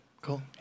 cool